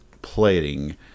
plating